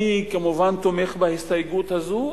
כמובן שאני תומך בהסתייגות הזאת,